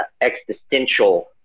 existential